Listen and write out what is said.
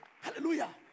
Hallelujah